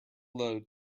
load